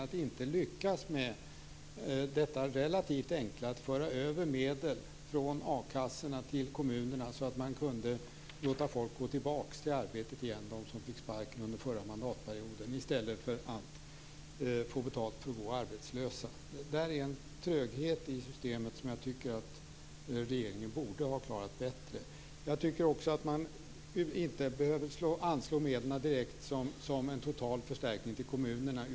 Man har inte lyckas med det relativt enkla att föra över medel från akassorna till kommunerna för att låta folk gå tillbaka till arbetet igen, de som fick sparken under den förra mandatperioden. I stället får de betalt för att gå arbetslösa. Det där är en tröghet i systemet som jag tycker att regeringen borde ha klarat bättre. Jag tycker också att man inte behöver anslå medlen direkt som en total förstärkning till kommunerna.